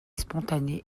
spontané